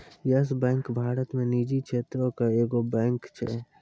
yes Bank Bharat मे निजी क्षेत्रो के एगो बैंक छै